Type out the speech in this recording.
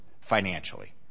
financially